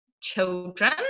children